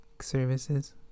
services